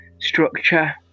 structure